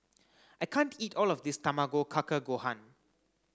I can't eat all of this Tamago kake gohan